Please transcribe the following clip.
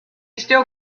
still